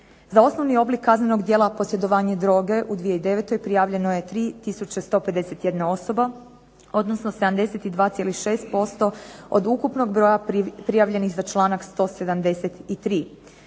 Za osnovni oblik kaznenog djela posjedovanje droge u 2009. prijavljeno je 3 tisuće 151 osoba, odnosno 72,6% od ukupnog broja prijavljenih za članak 173.